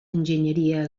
enginyeria